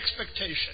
expectation